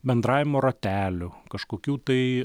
bendravimo ratelių kažkokių tai